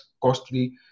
costly